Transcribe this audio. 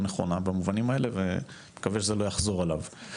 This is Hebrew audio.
במובנים האלה ואני מקווה שזה לא יחזור עליו.